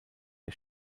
der